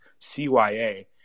cya